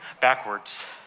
backwards